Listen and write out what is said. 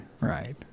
Right